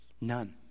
None